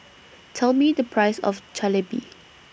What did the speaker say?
Tell Me The Price of Jalebi